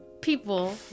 people